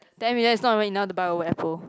ten million is not even enough to buy own apple